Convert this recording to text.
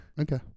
Okay